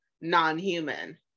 non-human